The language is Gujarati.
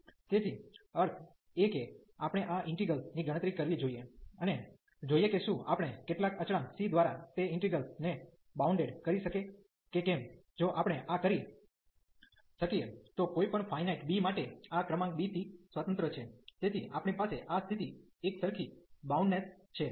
તેથી અર્થ એ કે આપણે આ ઈન્ટિગ્રલ ની ગણતરી કરવી જોઈએ અને જોઈએ કે શું આપણે કેટલાક અચળાંક C દ્વારા તે ઇન્ટિગ્રેલ્સ ને બાઉન્ડ કરી શકીએ કે કેમ જો આપણે આ કરી શકીએ તો કોઈપણ ફાયનાઈટ b માટે આ ક્રમાંક b થી સ્વતંત્ર છે તેથી આપણી પાસે આ સ્થિતિ એકસરખી બાઉન્ડનેસ છે